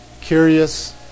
curious